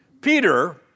Peter